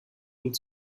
und